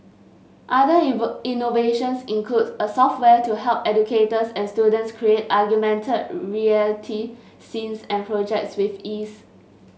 other innovations include a software to help educators and students create augmented reality scenes and projects with ease